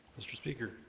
mr. speaker